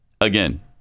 Again